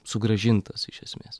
sugrąžintas iš esmės